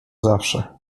zawsze